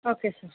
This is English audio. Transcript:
okay sir